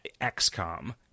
XCOM